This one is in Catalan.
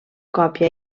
còpia